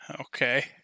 Okay